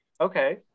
okay